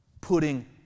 putting